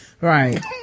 Right